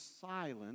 silent